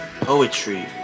poetry